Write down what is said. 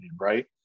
right